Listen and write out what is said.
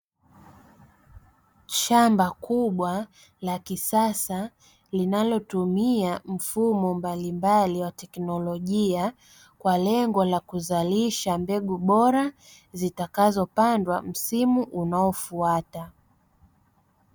Shamba kubwa la kisasa linalotumia mfumo mbalimbali wa kiteknolojia, kwa lengo la kuzalisha mbegu bora zitakazopandwa msimu unaofuata.